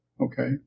Okay